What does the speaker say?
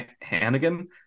Hannigan